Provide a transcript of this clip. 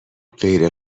غیر